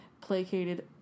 placated